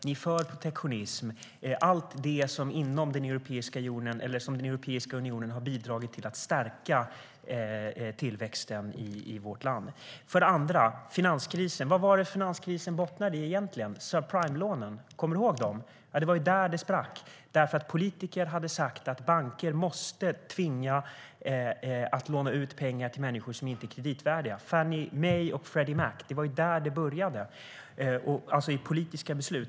Ni är för protektionism och allt det som Europeiska unionen har bidragit till för att stärka tillväxten i vårt land. För det andra: Vad bottnade finanskrisen i egentligen? Kommer du ihåg suprimelånen? Det var där som det sprack därför att politiker hade tvingat banker att låna ut pengar till människor som inte var kreditvärdiga. Det började ju med Fannie Mae och Freddie Mac.